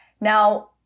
Now